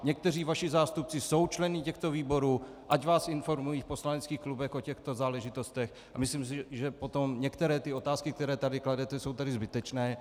Někteří vaši zástupci jsou členy těchto výborů, ať vás informují v poslaneckých klubech o těchto záležitostech, a myslím si, že potom některé otázky, které tady kladete, jsou tady zbytečné.